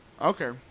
Okay